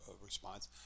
response